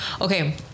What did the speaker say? Okay